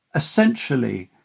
essentially,